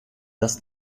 dass